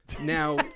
Now